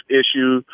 issue